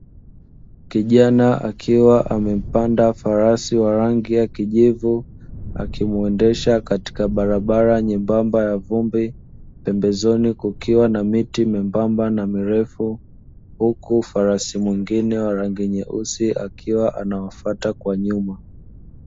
Kijana akiwa amepanda farasi wa rangi ya kijivu akimuendesha katika barabara nyembamba ya vumbi, pembezoni kukiwa na miti membamba na mirefu huku farasi mwingine wa rangi nyeusi akiwa anawafata kwa nyuma.